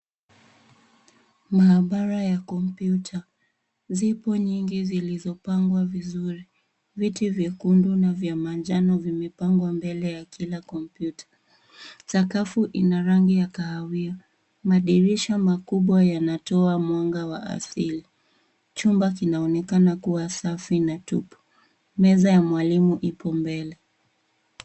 Maabara ya kompyuta. Zipo nyingi zilizopangwa vizuri. Viti vyekundu na vyamanjano vimepangwa mbele ya kila kompyuta. Sakafu ina rangi ya kahawia. Madirisha makubwa yanatoa mwanga wa asili. Chumba kinaonekana kuwa safi na tupu. Meza ya mwalimu ipo mbele.